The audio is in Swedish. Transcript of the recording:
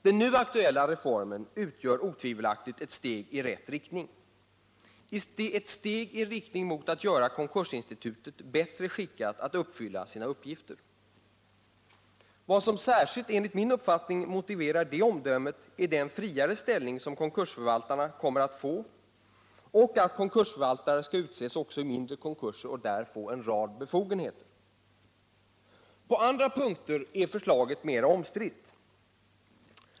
Den nu aktuella reformen utgör otvivelaktigt ett steg i rätt riktning — ett steg i riktning mot att göra konkursinstitutet bättre skickat att fylla sina syften. Vad som enligt min uppfattning särskilt motiverar det omdömet är den friare ställning som konkursförvaltarna kommer att få och att konkursförvaltare skall utses också i mindre konkurser och där få en rad befogenheter. På andra punkter är förslaget mera omstritt.